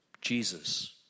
Jesus